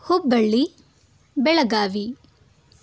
Hubballi Belagavi